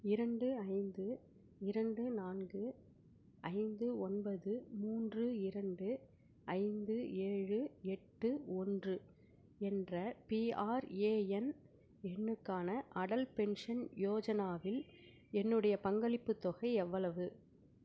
இரண்டு ஐந்து இரண்டு நான்கு ஐந்து ஒன்பது மூன்று இரண்டு ஐந்து ஏழு எட்டு ஒன்று என்ற பிஆர்ஏஎன் எண்ணுக்கான அடல் பென்ஷன் யோஜனாவில் என்னுடைய பங்களிப்புத் தொகை எவ்வளவு